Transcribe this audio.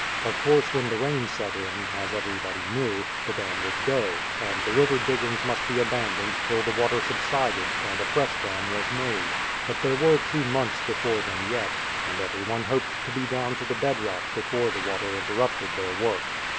of course, when the rain set in, as everybody knew, the dam would go, and the river diggings must be abandoned till the water subsided and a fresh dam was made but there were two months before them yet, and everyone hoped to be down to the bedrock before the water interrupted their work.